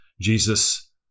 Jesus